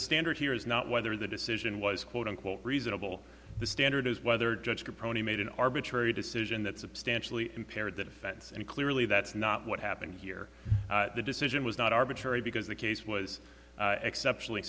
the standard here is not whether the decision was quote unquote reasonable the standard is whether judges are prone to made an arbitrary decision that substantially impaired that offense and clearly that's not what happened here the decision was not arbitrary because the case was exceptionally